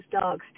dogs